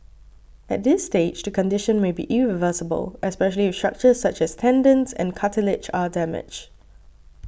at this stage the condition may be irreversible especially if structures such as tendons and cartilage are damaged